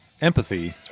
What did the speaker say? empathy